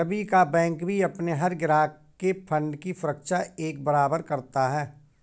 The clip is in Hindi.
रवि का बैंक भी अपने हर ग्राहक के फण्ड की सुरक्षा एक बराबर करता है